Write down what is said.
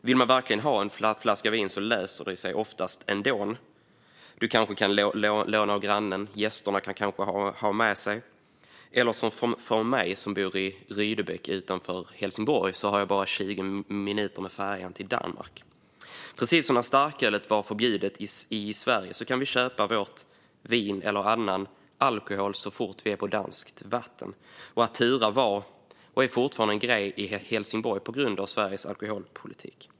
Vill man verkligen ha en flaska vin löser det sig oftast ändå. Man kanske kan låna av grannen. Gästerna kan kanske ha med sig. Jag som bor i Rydebäck, utanför Helsingborg, har bara 20 minuter med färjan till Danmark. Precis som när starköl var förbjudet i Sverige kan vi köpa vårt vin eller annan alkohol så fort vi är på danskt vatten. Att tura var, och är fortfarande, en grej i Helsingborg på grund av Sveriges alkoholpolitik.